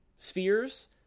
spheres